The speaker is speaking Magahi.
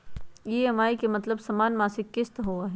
ई.एम.आई के मतलब समान मासिक किस्त होहई?